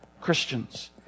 Christians